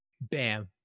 bam